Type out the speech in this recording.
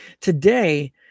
Today